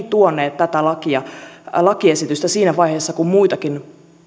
tuoneet tätä lakiesitystä siinä vaiheessa kun muitakin